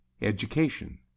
Education